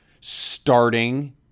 starting